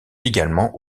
également